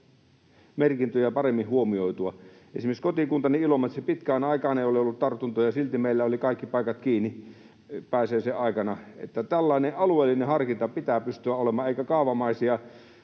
merkintöjä paremmin huomioitua. Esimerkiksi kotikunnassani Ilomantsissa ei pitkään aikaan ole ollut tartuntoja, ja silti meillä oli kaikki paikat kiinni pääsiäisen aikana. Että tällainen alueellinen harkinta pitää pystyä olemaan, eikä pidä